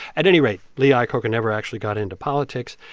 at any rate, lee iacocca never actually got into politics,